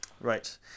Right